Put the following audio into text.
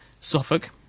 Suffolk